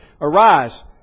arise